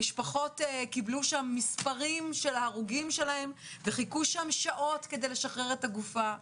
המשפחות קיבלו מספרים של ההרוגים וחיכו שעות כדי לשחרר את הגופה.